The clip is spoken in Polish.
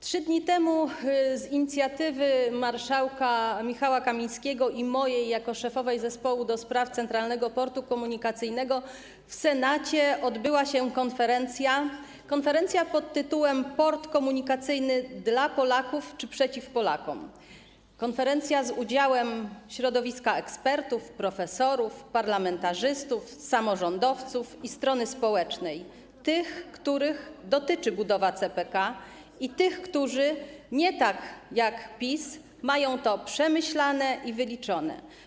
3 dni temu z inicjatywy marszałka Michała Kamińskiego i mojej, jako szefowej zespołu do spraw Centralnego Portu Komunikacyjnego, w Senacie odbyła się konferencja pt. ˝Port komunikacyjny dla Polaków czy przeciw Polakom?˝, konferencja z udziałem środowisk ekspertów, profesorów, parlamentarzystów, samorządowców i strony społecznej, tych, których dotyczy budowa CPK, i tych, którzy - nie tak, jak PiS - mają to przemyślane i wyliczone.